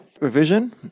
revision